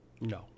No